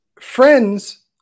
friends